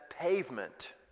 pavement